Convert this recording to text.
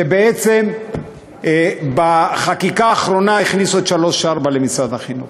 כשבעצם בחקיקה האחרונה הכניסו את שלוש-ארבע למשרד החינוך.